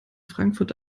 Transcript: frankfurt